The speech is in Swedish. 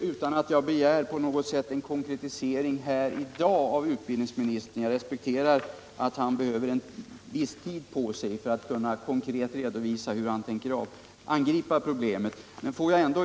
Herr talman! Jag är tacksam för detta. Jag vill i dag inte begära någon konkretisering av utbildningsministern — jag respekterar att han behöver viss tid på sig för att kunna redovisa konkret hur han tänker angripa problemen.